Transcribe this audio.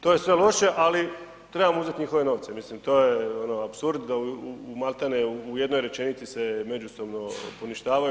To je sve loše ali trebamo uzeti njihove novce, mislim to je ono apsurd da malti ne u jednoj rečenici se međusobno poništavaju.